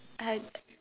I